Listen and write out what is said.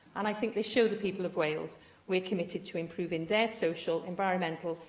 and i think they show the people of wales we are committed to improving their social, environmental,